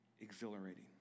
exhilarating